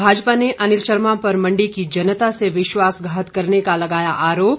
भाजपा ने अनिल शर्मा पर मंडी की जनता से विश्वासघात करने का लगाया आरोप